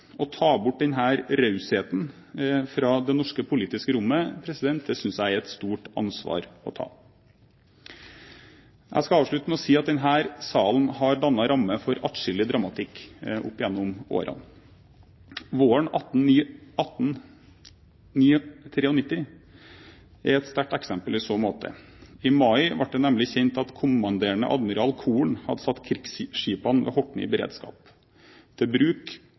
å ta bort denne rausheten fra det norske politiske rommet – synes jeg er et stort ansvar å ta. Jeg skal avslutte med å si at denne salen har dannet ramme for atskillig dramatikk opp gjennom årene. Våren 1893 er et sterkt eksempel i så måte. I mai ble det nemlig kjent at kommanderende admiral Koren hadde satt krigsskipene ved Horten i beredskap, til bruk